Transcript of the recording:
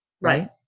right